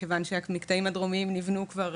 מכיוון שהמקטעים הדרומיים נבנו כבר,